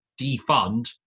defund